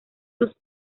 sus